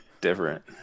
different